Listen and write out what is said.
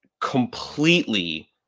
Completely